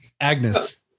Agnes